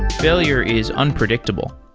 failure is unpredictable.